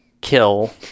kill